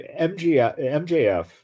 MJF